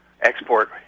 export